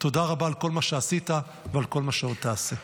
תודה רבה על כל מה שעשית ועל כל מה שעוד תעשה.